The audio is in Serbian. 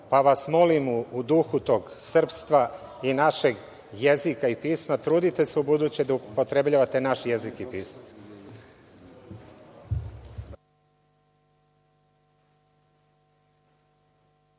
pa vas molim u duhu tog srpstva i našeg jezika i pisma da ubuduće upotrebljavate naš jezik i